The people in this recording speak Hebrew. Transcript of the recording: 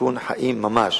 סיכון חיים ממש.